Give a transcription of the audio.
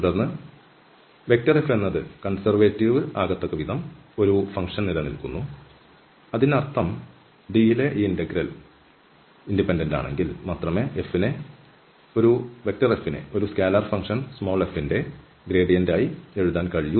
തുടർന്ന് F എന്നത് conservative ആകത്തക്കവിധം ഒരു ഫങ്ക്ഷൻ നിലനിൽക്കുന്നു അതിന്നർത്ഥം D യിലെ ഈ ഇന്റഗ്രൽ സ്വതന്ത്രമാണെങ്കിൽ മാത്രമേ F നെ ഒരു സ്കെലാർ ഫങ്ക്ഷൻ f എന്നതിന്റെ ഗ്രേഡിയന്റായി എഴുതാൻ കഴിയൂ